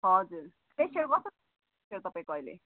हजुर प्रेसर कस्तो छ तपाईँको अहिले